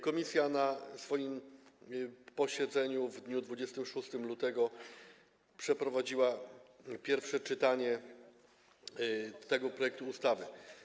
Komisja na swoim posiedzeniu w dniu 26 lutego przeprowadziła pierwsze czytanie tego projektu ustawy.